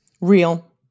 real